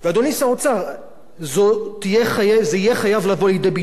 זה יהיה חייב לבוא לידי ביטוי בצעדים כמו מיסוי,